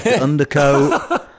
undercoat